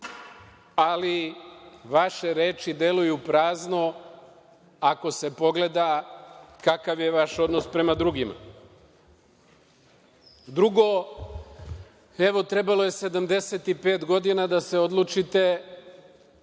ali vaše reči deluju prazno ako se pogleda kakav je vaš odnos prema drugima. Drugo, trebalo je 75 godina da se odlučite,